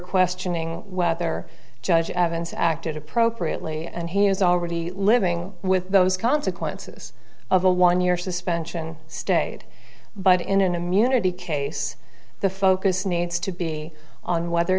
questioning whether judge evans acted appropriately and he is already living with those consequences of a one year suspension stayed but in an immunity case the focus needs to be on whether